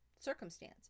circumstance